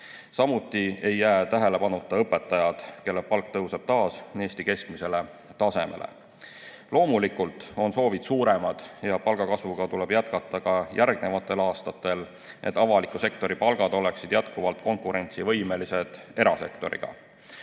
Samuti ei jää tähelepanuta õpetajad, kelle palk tõuseb taas Eesti keskmisele tasemele. Loomulikult on soovid suuremad ja palgakasvu tuleb jätkata ka järgnevatel aastatel, et avaliku sektori palgad oleksid jätkuvalt konkurentsivõimelised erasektoriga.